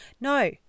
no